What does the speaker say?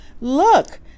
Look